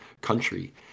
country